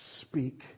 speak